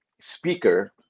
speaker